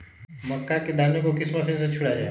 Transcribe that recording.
मक्का के दानो को किस मशीन से छुड़ाए?